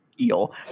Eel